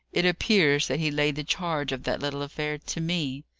it appears that he laid the charge of that little affair to me.